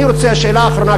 שאלה אחרונה,